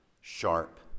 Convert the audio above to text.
sharp